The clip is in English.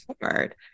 hard